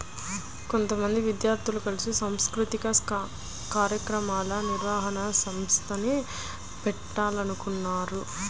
కొంతమంది విద్యార్థులు కలిసి సాంస్కృతిక కార్యక్రమాల నిర్వహణ సంస్థని పెట్టాలనుకుంటన్నారు